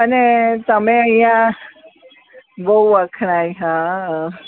અને તમે અહીં બહુ વખણાય હા